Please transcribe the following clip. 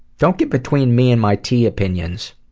don't get between me and my tea opinions.